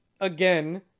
again